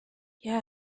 yeah